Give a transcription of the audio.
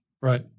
Right